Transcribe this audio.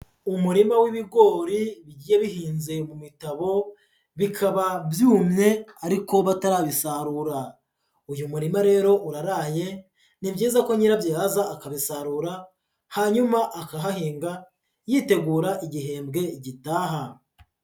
Umurima w'ibigori bigiye bihinze mu mitabo, bikaba byumye ariko batarabisarura, uyu murima rero uraraye, ni byiza ko nyirabyo yaza akabisarura, hanyuma akahahinga yitegura igihembwe gitaha.